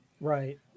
Right